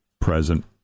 present